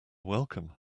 welcome